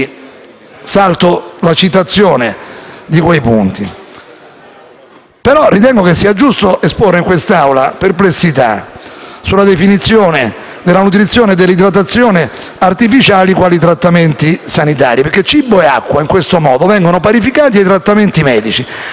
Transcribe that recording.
però che sia giusto esporre in quest'Assemblea perplessità sulla definizione della nutrizione e dell'idratazione artificiali quali trattamenti sanitari. Il cibo e l'acqua, infatti, in questo modo vengono parificati a trattamenti medici se assunti attraverso ausili artificiali. Questo è il punto.